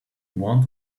want